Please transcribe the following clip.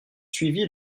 suivit